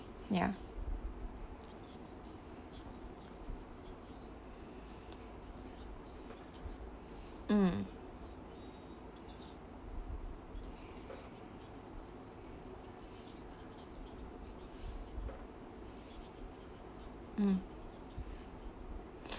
ya mm mm